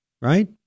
Right